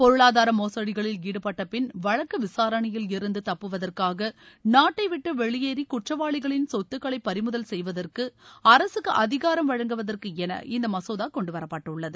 பொருளாதார மோசடிகளில் ஈடுபட்டபின் வழக்கு விசாரணையிலிருந்து தப்புவதற்காக நாட்டைவிட்டு வெளியேறி குற்றவாளிகளின் சொத்துக்களை பறிமுதல் செய்வதற்கு அரசுக்கு அதிகாரம் வழங்குவதற்கு என இந்த மசோதா கொண்டுவரப்பட்டுள்ளது